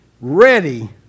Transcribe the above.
ready